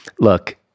look